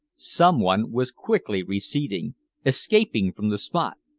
someone was quickly receding escaping from the spot.